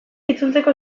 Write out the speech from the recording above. itzultzeko